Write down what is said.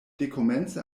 dekomence